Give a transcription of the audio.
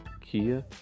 Kia